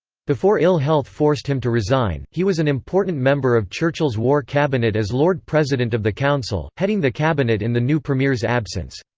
before ill-health forced him to resign, he was an important member of churchill's war cabinet as lord president of the council, heading the cabinet in the new premier's absence.